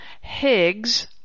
Higgs